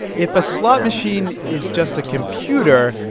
if a slot machine is just a computer,